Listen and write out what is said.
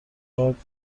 باید